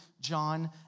John